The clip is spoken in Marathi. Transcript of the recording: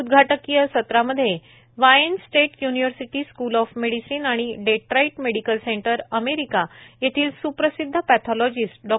उद्घाटकीय सत्रांमध्ये Wayne State University School of Medicine आणि डेट्राईट मेडिकल सेंटर अमेरिका येथील स्प्रसिद्ध पक्षॉलॉजिस्ट डॉ